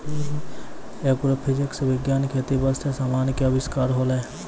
agrophysics विज्ञान खेती बास्ते समान के अविष्कार होलै